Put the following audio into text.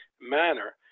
manner